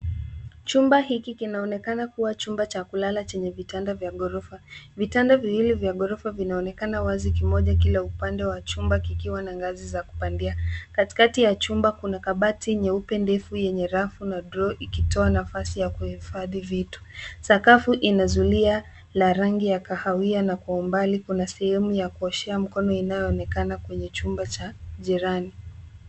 Chumba hiki kinaonekana kuwa chumba cha kulala chenye vitanda vya ghorofa. Vitanda viwili vya ghorofa vinaonekana wazi kimoja kila upande wa chumba kikiwa na za ngazi za kupandia. Katikati ya chumba kuna kabati nyeupe ndefu yenye rafu na draw ikitoa nafasi ya kuhifadhi vitu. Sakafu ina zulia la rangi ya kahawia na kwa umbali kuna sehemu ya kuoshea mkono inayoonekana kwenye chumba cha jirani.